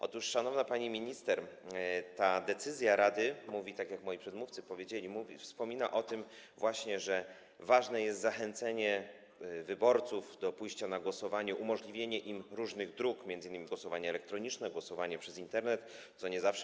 Otóż szanowna pani minister, ta decyzja Rady - tak jak moi przedmówcy powiedzieli - wspomina o tym właśnie, że ważne jest zachęcenie wyborców do pójścia na głosowanie, umożliwienie im różnych dróg, m.in. głosowanie elektroniczne, głosowanie przez Internet, co nie zawsze.